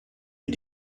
est